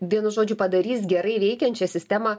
vienu žodžiu padarys gerai veikiančią sistemą